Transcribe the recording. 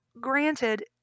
granted